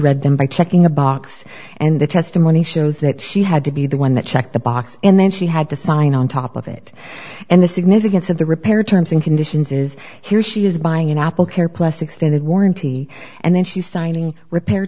read them by checking a box and the testimony shows that she had to be the one that checked the box and then she had to sign on top of it and the significance of the repair terms and conditions is here she is buying an apple care plus extended warranty and then she's signing repair